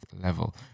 level